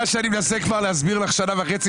זה מה שאני מנסה להסביר לך כבר שנה וחצי,